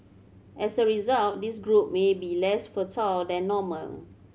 as a result this group may be less fertile than normal